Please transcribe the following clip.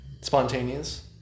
spontaneous